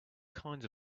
kinds